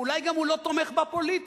ואולי הוא גם לא תומך בה פוליטית.